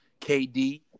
Kd